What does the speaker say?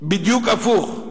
בדיוק הפוך.